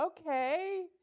okay